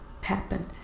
happen